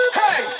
Hey